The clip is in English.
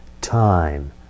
time